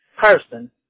person